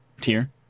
Tier